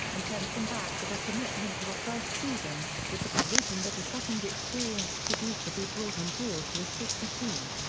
and sent them back with a commitment to a first season, with the provision that a second experienced producer be brought on board to assist the team.